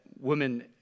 women